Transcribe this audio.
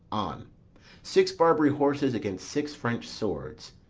on six barbary horses against six french swords,